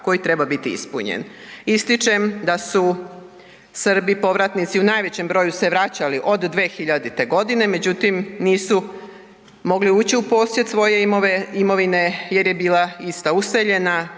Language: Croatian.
koji treba biti ispunjen. Ističem da su Srbi povratnici u najvećem broju se vraćali od 2000.godine, međutim nisu mogli ući u posjed svoje imovine jer je bila ista useljena